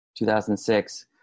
2006